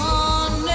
on